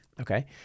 Okay